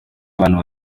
y’abantu